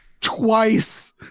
twice